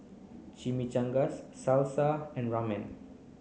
Chimichangas Salsa and Ramen